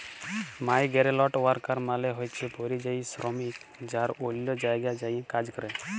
migrant worker মালে হছে পরিযায়ী শরমিক যারা অল্য জায়গায় যাঁয়ে কাজ ক্যরে